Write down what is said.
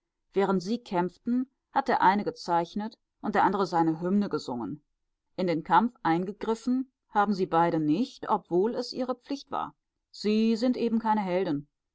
während sie kämpften hat der eine gezeichnet der andere seine hymne gesungen in den kampf eingegriffen haben sie beide nicht obwohl es ihre pflicht war sie sind eben keine helden